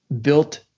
built